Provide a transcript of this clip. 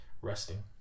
resting